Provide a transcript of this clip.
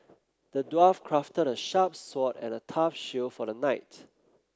the dwarf crafted a sharp sword and a tough shield for the knight